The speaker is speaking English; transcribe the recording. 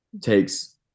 takes